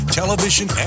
television